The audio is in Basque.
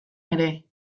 ere